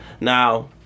Now